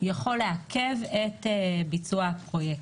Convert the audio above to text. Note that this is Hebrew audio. יכול לעכב את ביצוע הפרויקט.